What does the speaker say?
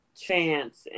chance